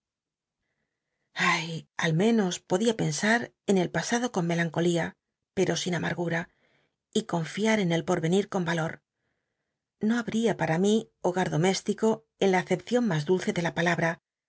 ay al menos podia pensar en el pasado con melancolía pct'o sin ammgua y confiat en el porvenir con valot no habl'ia para mi hogar doméslico en la acepcion mas du lce de la palabm